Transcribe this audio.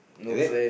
is it